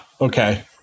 okay